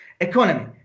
economy